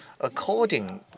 According